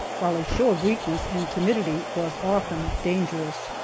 while a show of weakness and timidity was often dangerous.